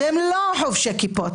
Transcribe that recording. והם לא חובשי כיפות.